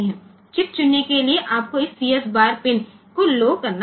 chip चुनने के लिए आपको इस CS बार पिन को लौ करना होगा